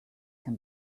can